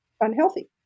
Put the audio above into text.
unhealthy